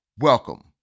welcome